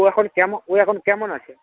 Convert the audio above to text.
ও এখন ও এখন কেমন আছে